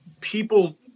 people